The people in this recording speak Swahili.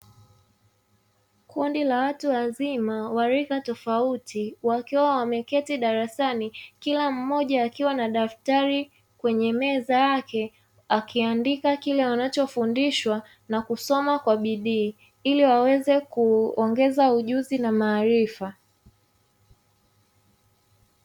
Kundi la watu wazima wa rika tofauti wakiwa wameketi darasani, kila mmoja akiwa ameshika daftari kwenye meza yake akiandika kile anachofundishwa na kusoma kwa bidii, ili waweze kuongeza ujuzi na maarifa.